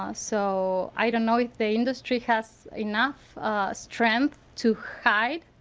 ah so i don't know if the industry has enough strength to hide